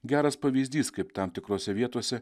geras pavyzdys kaip tam tikrose vietose